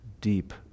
deep